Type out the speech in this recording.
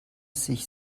sich